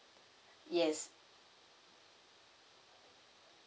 yes